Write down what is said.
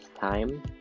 time